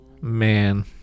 Man